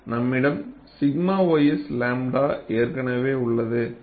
நம்மிடம் 𝛔 ys 𝝺 ஏற்கனவே உள்ளது